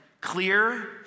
clear